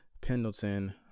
pendleton